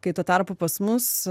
kai tuo tarpu pas mus